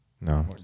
No